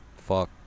fuck